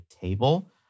table